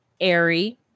airy